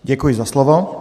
Děkuji za slovo.